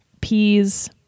peas